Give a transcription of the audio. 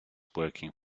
working